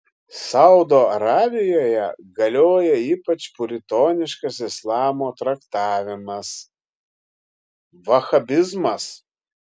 saudo arabijoje galioja ypač puritoniškas islamo traktavimas vahabizmas